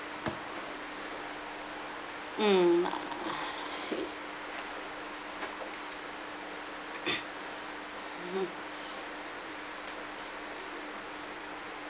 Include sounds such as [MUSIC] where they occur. mm uh [BREATH] [NOISE] mm [BREATH]